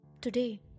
Today